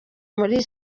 muri